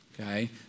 Okay